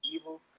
evil